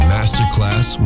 Masterclass